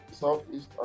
Southeast